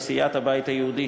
מסיעת הבית היהודי,